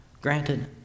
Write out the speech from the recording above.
Granted